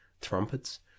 trumpets